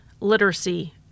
literacy